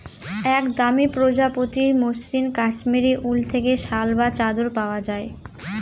এক দামি প্রজাতির মসৃন কাশ্মীরি উল থেকে শাল বা চাদর পাওয়া যায়